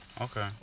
Okay